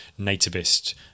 nativist